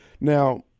Now